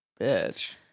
bitch